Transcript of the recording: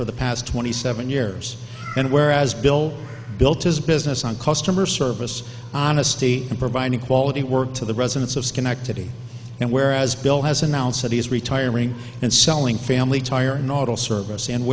for the past twenty seven years and where as bill built his business on customer service honesty and providing quality work to the residents of schenectady and whereas bill has announced that he is retiring and selling family tire noddle service and